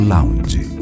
Lounge